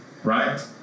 Right